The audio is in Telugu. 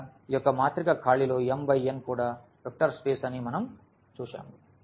కాబట్టి ఇక్కడ ఈ యొక్క మాత్రిక ఖాళీలు m × n కూడా వెక్టర్ స్పేస్ అని మనం చూశాము